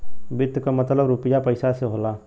वित्त क मतलब रुपिया पइसा से होला